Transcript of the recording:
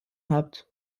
habt